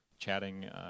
chatting